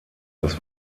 das